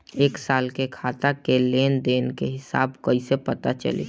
एक साल के खाता के लेन देन के हिसाब कइसे पता चली?